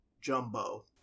Jumbo